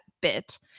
bit